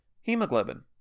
Hemoglobin